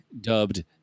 dubbed